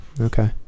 Okay